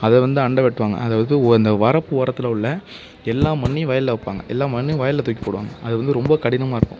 அதை வந்து அண்டை வெட்டுவாங்க அதாவது அந்த வரப்பு ஓரத்தில் உள்ள எல்லா மண்ணையும் வயலில் வைப்பாங்க எல்லா மண்ணையும் வயலில் தூக்கி போடுவாங்க அது வந்து ரொம்ப கடினமாக இருக்கும்